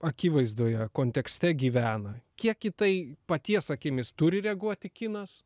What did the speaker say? akivaizdoje kontekste gyvena kiek į tai paties akimis turi reaguoti kinas